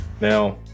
now